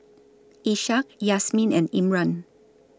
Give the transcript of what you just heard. Ishak Yasmin and Imran